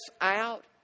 out